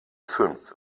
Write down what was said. fünf